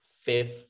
fifth